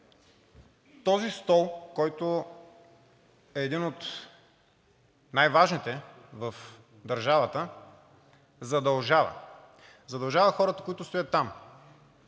Този стол, който е един от най-важните в държавата, задължава. Задължава хората, които стоят там,